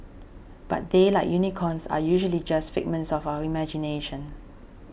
but they like unicorns are usually just figments of our imagination